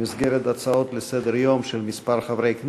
במסגרת הצעות לסדר-היום מס' 610,